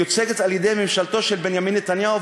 המיוצגת על-ידי ממשלתו של בנימין נתניהו,